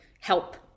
help